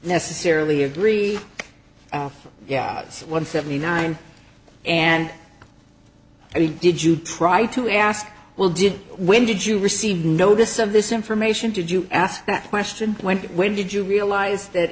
necessarily agree yeah it's one seventy nine and i mean did you try to ask well did when did you receive notice of this information did you ask that question twenty when did you realize that